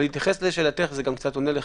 בהתייחס לשאלתך וזה גם עונה לך,